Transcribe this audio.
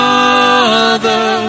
Father